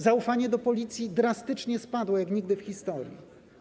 Zaufanie do policji drastycznie spadło, jak nigdy w historii.